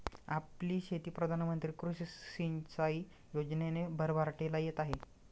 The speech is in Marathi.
आपली शेती प्रधान मंत्री कृषी सिंचाई योजनेने भरभराटीला येत आहे